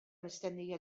mistennija